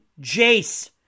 Jace